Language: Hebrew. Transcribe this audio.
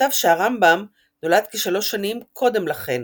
נכתב שהרמב"ם נולד כ-3 שנים קודם לכן,